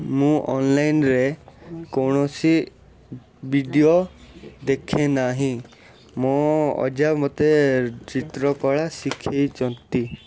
ମୁଁ ଅନଲାଇନରେ କୌଣସି ଭିଡ଼ିଓ ଦେଖେନାହିଁ ମୋ ଅଜା ମୋତେ ଚିତ୍ର କଳା ଶିଖେଇଛନ୍ତି